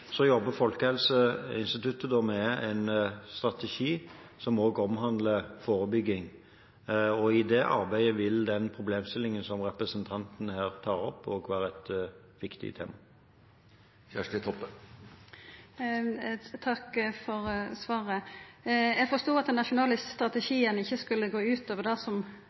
Så jobber Folkehelseinstituttet med en strategi som også omhandler forebygging. I det arbeidet vil den problemstillingen som representanten tar opp, være et viktig tema. Takk for svaret. Eg forstod det slik at den nasjonale strategien ikkje skulle gå utover det som